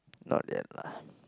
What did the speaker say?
not yet lah